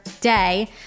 day